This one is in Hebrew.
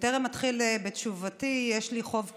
בטרם אתחיל בתשובתי יש לי חוב קטן.